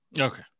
Okay